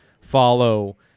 follow